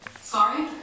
sorry